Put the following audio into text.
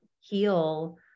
heal